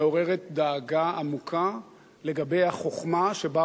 מעוררת דאגה עמוקה לגבי החוכמה שבה